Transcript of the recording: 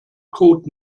code